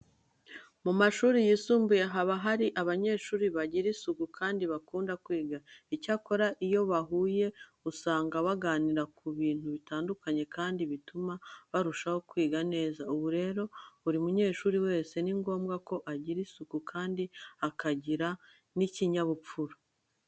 Mu mashuri yisumbuye haba hari abanyeshuri bagira isuku kandi bakunda kwiga. Icyakora iyo bahuye usanga baganira ku bintu bitandukanye kandi bituma barushaho kwiga neza. Ubu rero buri munyeshuri wese ni ngombwa ko agira isuku kandi akagira n'ikinyabupfura.